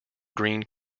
greene